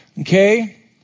okay